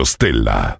Stella